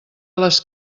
les